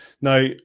Now